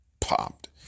popped